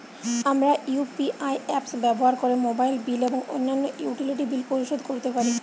আমরা UPI apps ব্যবহার করে মোবাইল বিল এবং অন্যান্য ইউটিলিটি বিল পরিশোধ করতে পারি